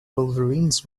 wolverines